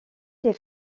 les